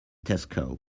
tesco